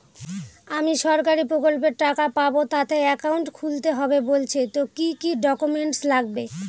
আমি সরকারি প্রকল্পের টাকা পাবো তাতে একাউন্ট খুলতে হবে বলছে তো কি কী ডকুমেন্ট লাগবে?